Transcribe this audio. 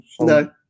No